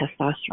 testosterone